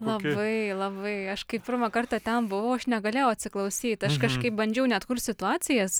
labai labai aš kai pirmą kartą ten buvau aš negalėjau atsiklausyt aš kažkaip bandžiau net kurt situacijas